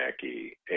Jackie